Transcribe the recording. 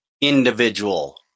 individual